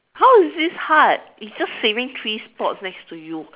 how is this hard it's just saving three spots next to you